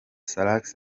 salax